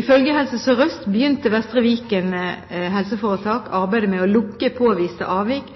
Ifølge Helse Sør-Øst begynte Vestre Viken helseforetak arbeidet med å lukke påviste avvik